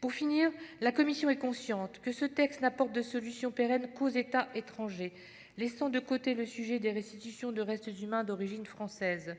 Pour finir, la commission est consciente que ce texte n'apporte de solution pérenne qu'aux États étrangers, laissant de côté le sujet des restitutions de restes humains d'origine française.